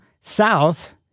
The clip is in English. south